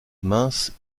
mince